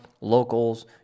Locals